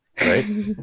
right